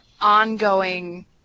ongoing